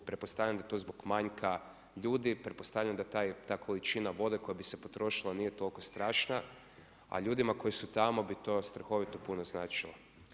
Pretpostavljam da je to zbog manjka ljudi, pretpostavljam da ta količina vode koja bi se potrošila nije toliko strašna, a ljudima koji su tamo bi to strahovito puno značilo.